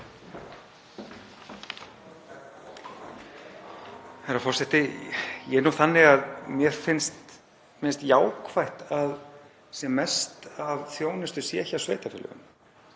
Herra forseti. Ég er nú þannig að mér finnst jákvætt að sem mest af þjónustu sé hjá sveitarfélögunum.